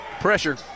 pressure